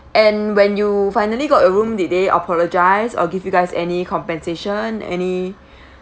and when you finally got a room did they apologise or give you guys any compensation any